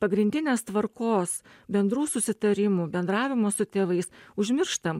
pagrindinės tvarkos bendrų susitarimų bendravimo su tėvais užmirštam